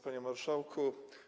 Panie Marszałku!